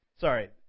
Sorry